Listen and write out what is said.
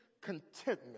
contentment